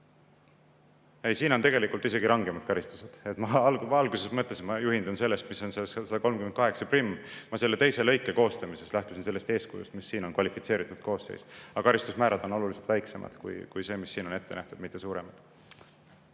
Ei, siin on tegelikult isegi rangemad karistused. Alguses ma mõtlesin, et ma juhindun sellest, mis on seal §‑s 1381. Teise lõike koostamisel lähtusin ma sellest eeskujust, mis siin on kvalifitseeritud koosseis, aga karistusmäärad on oluliselt väiksemad kui need, mis siin on ette nähtud, mitte suuremad.